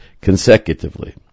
consecutively